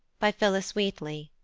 by phillis wheatley,